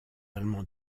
allemands